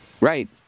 Right